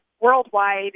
worldwide